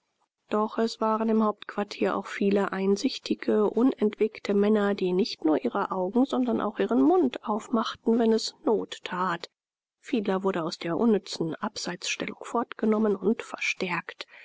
doch es waren im hauptquartier auch viele einsichtige unentwegte männer die nicht nur ihre augen sondern auch ihren mund aufmachten wenn es not tat fiedler wurde aus der unnützen abseitsstellung fortgenommen und verstärkte